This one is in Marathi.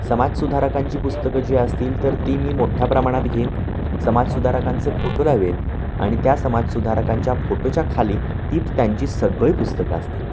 समाजसुधारकांची पुस्तकं जी असतील तर ती मी मोठ्ठ्या प्रमाणात घेईन समाजसुधारकांचे फोटो लावेन आणि त्या समाजसुधारकांच्या फोटोच्या खाली तीच त्यांची सगळी पुस्तकं असतील